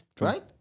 Right